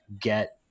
get